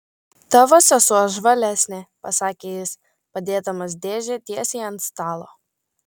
tavo sesuo žvalesnė pasakė jis padėdamas dėžę tiesiai ant stalo